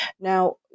Now